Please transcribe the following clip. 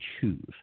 choose